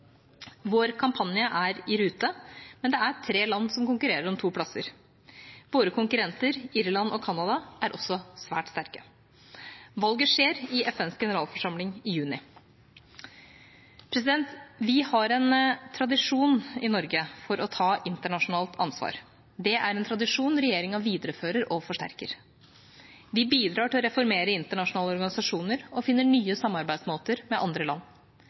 som konkurrerer om to plasser. Våre konkurrenter, Irland og Canada, er også svært sterke. Valget skjer i FNs generalforsamling i juni. Vi har en tradisjon i Norge for å ta internasjonalt ansvar. Det er en tradisjon regjeringa viderefører og forsterker. Vi bidrar til å reformere internasjonale organisasjoner og finner nye samarbeidsmåter med andre land.